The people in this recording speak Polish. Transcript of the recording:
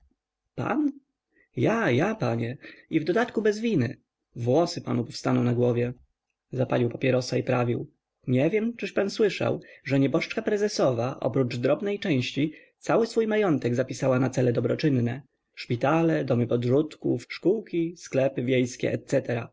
pan ja ja panie i w dodatku bez winy włosy panu powstaną na głowie zapalił papierosa i prawił nie wiem czyś pan słyszał że nieboszczka prezesowa oprócz drobnej części cały swój majątek zapisała na cele dobroczynne szpitale domy podrzutków szkółki sklepy wiejskie et